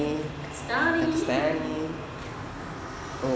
pakistani